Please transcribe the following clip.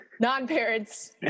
non-parents